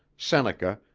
seneca,